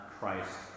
Christ